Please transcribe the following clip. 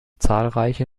zahlreiche